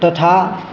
तथा